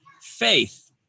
faith